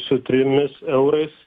su trimis eurais